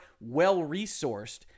well-resourced